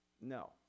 No